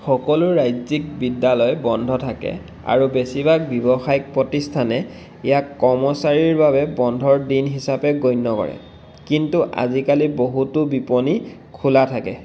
সকলো ৰাজ্যিক বিদ্যালয় বন্ধ থাকে আৰু বেছিভাগ ব্যৱসায়িক প্ৰতিষ্ঠানে ইয়াক কৰ্মচাৰীৰ বাবে বন্ধৰ দিন হিচাপে গণ্য কৰে কিন্তু আজিকালি বহুতো বিপণী খোলা থাকে